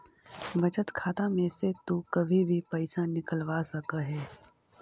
बचत खाता में से तु कभी भी पइसा निकलवा सकऽ हे